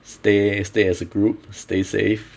stay stay as a group stay safe